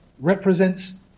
represents